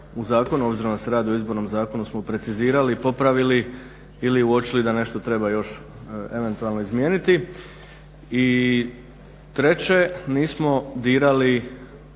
u zakonu, obzirom da se radi o Izbornom zakonu smo precizirali, popravili ili uočili da nešto treba još eventualno izmijeniti. I treće, nismo dirali